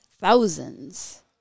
thousands